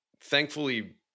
thankfully